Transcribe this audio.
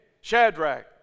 shadrach